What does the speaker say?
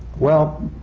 well,